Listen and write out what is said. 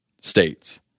states